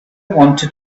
wanted